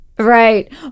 Right